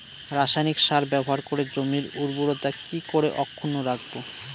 রাসায়নিক সার ব্যবহার করে জমির উর্বরতা কি করে অক্ষুণ্ন রাখবো